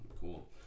cool